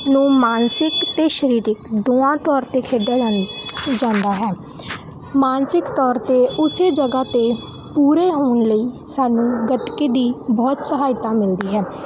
ਨੂੰ ਮਾਨਸਿਕ ਅਤੇ ਸਰੀਰਿਕ ਦੋਵਾਂ ਤੌਰ 'ਤੇ ਖੇਡਿਆਂ ਜਾਂਦ ਜਾਂਦਾ ਹੈ ਮਾਨਸਿਕ ਤੌਰ 'ਤੇ ਉਸੇ ਜਗ੍ਹਾ 'ਤੇ ਪੂਰੇ ਹੋਣ ਲਈ ਸਾਨੂੰ ਗਤਕੇ ਦੀ ਬਹੁਤ ਸਹਾਇਤਾ ਮਿਲਦੀ ਹੈ